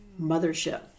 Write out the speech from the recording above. mothership